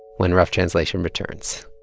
when rough translation returns